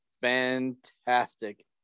fantastic